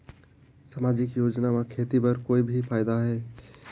समाजिक योजना म खेती बर भी कोई फायदा है?